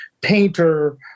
painter